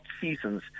seasons